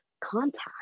contact